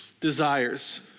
desires